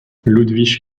ludwig